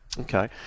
Okay